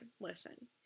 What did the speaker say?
listen